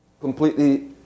completely